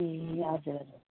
ए हजुर हजुर